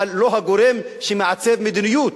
אבל לא הגורם שמעצב מדיניות.